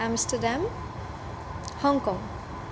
Amsterdam Hong Kong